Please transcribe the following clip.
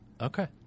Okay